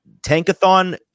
tankathon